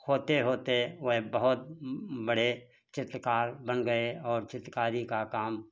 होते होते वह बहुत बड़े चित्रकार बन गए और चित्रकारी का काम